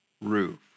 roof